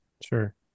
Sure